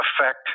affect